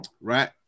Right